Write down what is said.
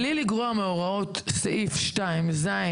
(ה)בלי לגרוע מהוראות סעיף 2(ז),